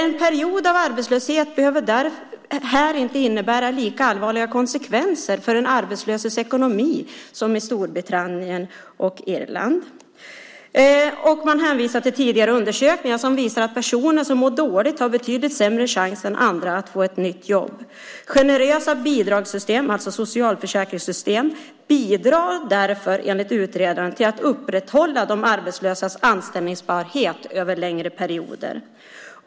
En period av arbetslöshet behöver här inte innebära lika allvarliga konsekvenser för den arbetslösas ekonomi som i Storbritannien och Irland. Man hänvisar till tidigare undersökningar som visar att personer som mår dåligt har en betydligt sämre chans än andra att få ett nytt jobb. Generösa bidragssystem, alltså socialförsäkringssystem, bidrar därför enligt utredaren till att upprätthålla den arbetslösas anställningsbarhet över längre perioder.